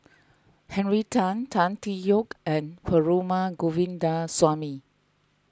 Henry Tan Tan Tee Yoke and Perumal Govindaswamy